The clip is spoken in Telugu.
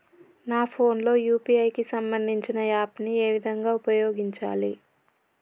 నా ఫోన్ లో యూ.పీ.ఐ కి సంబందించిన యాప్ ను ఏ విధంగా ఉపయోగించాలి?